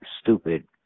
stupid